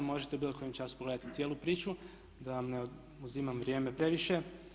Možete u bilo kojem času pogledati cijelu priču da vam ne uzimam vrijeme previše.